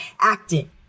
acting